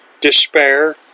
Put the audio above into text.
despair